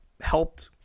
helped